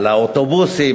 על האוטובוסים,